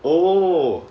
oh